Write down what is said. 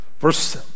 Verse